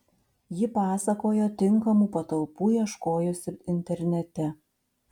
ji pasakojo tinkamų patalpų ieškojusi internete